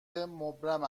مبرم